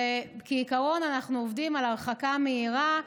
כעיקרון, אנחנו עובדים על הרחקה מהירה,